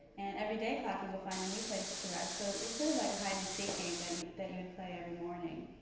and every day, clocky will find a new place to rest, so it's sort of like a hide and seek game but that you play every morning.